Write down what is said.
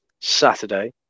Saturday